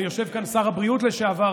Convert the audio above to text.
ויושב כאן שר הבריאות לשעבר,